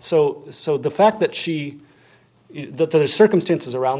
so so the fact that she that the circumstances around